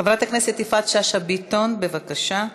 חברת הכנסת יפעת שאשא ביטון, בבקשה.